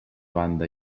banda